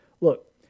look